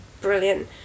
brilliant